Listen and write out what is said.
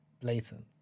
blatant